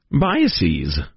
biases